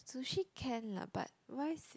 sushi can lah but why s~